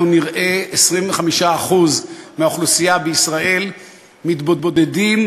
נראה 25% מהאוכלוסייה בישראל מתבודדים,